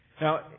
Now